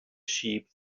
sheep